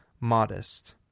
modest